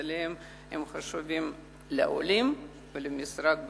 עליהם הם חשובים לעולים ולמשרד בכלל.